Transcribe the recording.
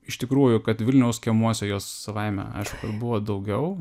iš tikrųjų kad vilniaus kiemuose jos savaime aišku buvo daugiau